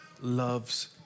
loves